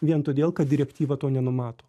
vien todėl kad direktyva to nenumato